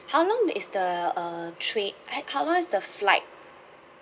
how long is the uh train uh how long is the flight